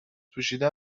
پوشیدن